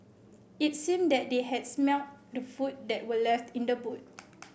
it seemed that they had smelt the food that were left in the boot